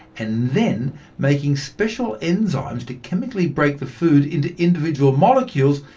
and then making special enzymes to chemically break the food into individual molecules,